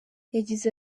yagize